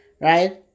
Right